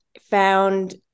found